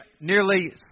nearly